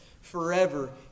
forever